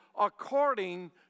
according